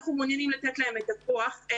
אנחנו מעוניינים לתת להם את היכולת.